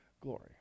glory